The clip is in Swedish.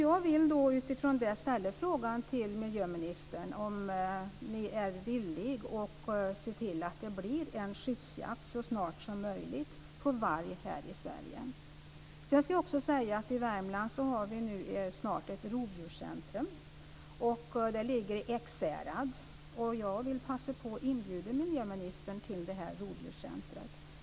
Jag vill ställa en frågan till miljöministern om han är villig att se till att det blir en skyddsjakt så snart som möjligt på varg här i Sverige. I Värmland har vi nu snart ett rovdjurscentrum som ligger i Ekshärad. Jag vill passa på att inbjuda miljöministern till detta rovdjurscentrum.